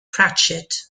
pratchett